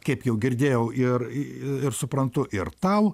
kaip jau girdėjau ir ir suprantu ir tau